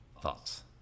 Thoughts